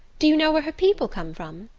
do you know where her people come from?